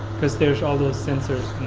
cause there's all those sensors.